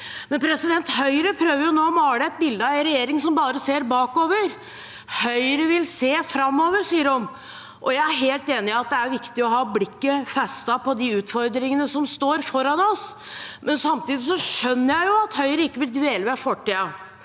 sikkerhetsnett. Høyre prøver nå å male et bilde av en regjering som bare ser bakover. Høyre vil se framover, sier de. Jeg er helt enig i at det er viktig å ha blikket festet på de utfordringene som står foran oss. Samtidig skjønner jeg at Høyre ikke vil dvele ved fortiden.